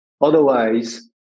Otherwise